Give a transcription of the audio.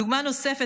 דוגמה נוספת,